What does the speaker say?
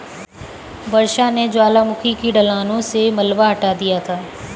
वर्षा ने ज्वालामुखी की ढलानों से मलबा हटा दिया था